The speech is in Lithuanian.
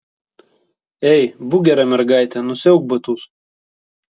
ei būk gera mergaitė nusiauk batus